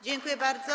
Dziękuję bardzo.